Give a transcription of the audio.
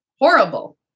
horrible